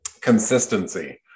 consistency